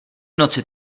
noci